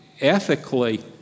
ethically